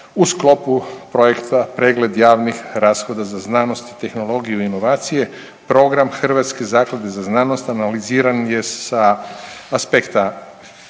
u sklopu projekta Pregled javnih rashoda za znanost i tehnologiju i inovacije program Hrvatske zaklade za znanost analiziran je sa aspekta